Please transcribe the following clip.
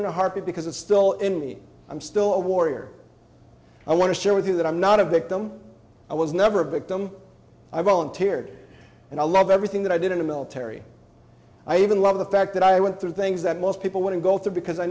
in a heartbeat because it's still in me i'm still a warrior i want to share with you that i'm not a victim i was never a victim i volunteered and i love everything that i did in the military i even love the fact that i went through things that most people wouldn't go through because i